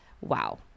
wow